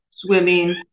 swimming